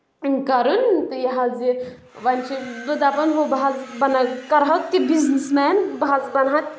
کَرُن تہٕ یہِ حظ یہِ وۄنۍ چھِ بہٕ دَپان ہُہ بہٕ حظ بَن کَرٕ ہا تہِ بِزنٮ۪س مین بہٕ حظ بَنہٕ ہا